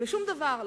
בשום דבר,